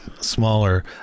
Smaller